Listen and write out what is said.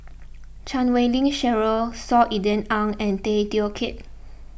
Chan Wei Ling Cheryl Saw Ean Ang and Tay Teow Kiat